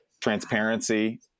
Transparency